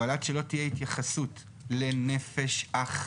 אבל עד שלא תהיה התייחסות ל"נפש אחת"